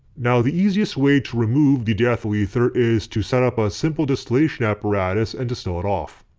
now the easiest way to remove the diethyl ether is to setup a simple distillation apparatus and distill it off.